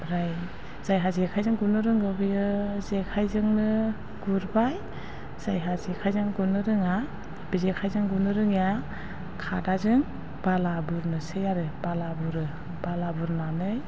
ओमफ्राय जायहा जेखाइजों गुरनो रोङो बियो जेखाइजोंनो गुरबाय जायहा जेखाइजों गुरनो रोङा बे जेखाइजों गुरनो रोङैया खादाजों बाला बुरनोसै आरो बाला बुरो बाला बुरनानै